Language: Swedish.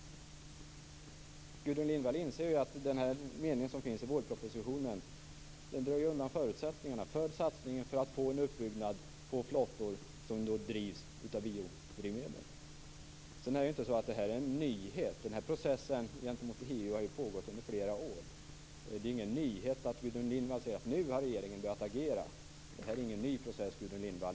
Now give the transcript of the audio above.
Gudrun Lindvall inser att meningen i vårpropositionen drar undan förutsättningarna för satsningen på en utbyggnad av flottor som drivs av biodrivmedel. Detta är ingen nyhet. Processen gentemot EU har pågått under flera år. Det är ingen nyhet att Gudrun Lindvall säger att regeringen har börjat agera nu. Det är ingen ny process.